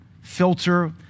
filter